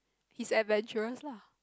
he's adventurous lah